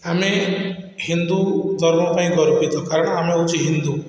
ଆମେ ହିନ୍ଦୁ ଧର୍ମ ପାଇଁ ଗର୍ବିତ କାରଣ ଆମେ ହେଉଛୁ ହିନ୍ଦୁ